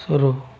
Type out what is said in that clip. शुरू